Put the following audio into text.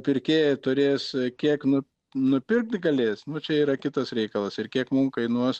pirkėjai turės kiek nu nupirkt galės čia yra kitas reikalas ir kiek mum kainuos